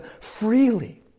freely